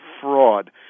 fraud